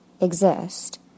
exist